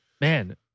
Man